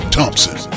Thompson